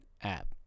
app